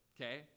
okay